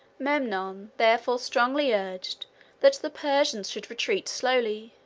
memnon, therefore, strongly urged that the persians should retreat slowly,